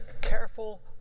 careful